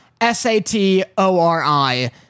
S-A-T-O-R-I